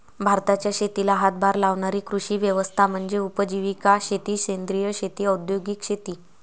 भारताच्या शेतीला हातभार लावणारी कृषी व्यवस्था म्हणजे उपजीविका शेती सेंद्रिय शेती औद्योगिक शेती